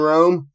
Rome